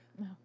No